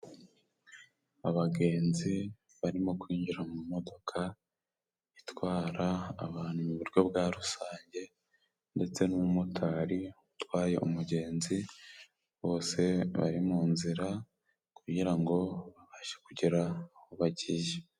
Abagenzi barimo kwinjira mu modoka itwara abantu mu buryo bwa rusange, ndetse n'umumotari utwaye umugenzi bose bari mu nzira kugira ngo babashe kugera aho bagiye.